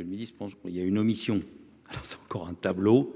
Monsieur le pense qu'il y a une omission, alors c'est encore un tableau,